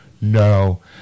No